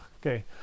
Okay